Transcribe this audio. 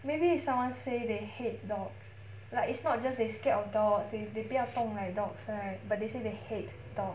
maybe someone say they hate dogs like it's not just they scared of dogs they 不要动 like dogs right but they say they hate dogs